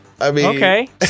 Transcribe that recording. Okay